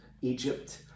Egypt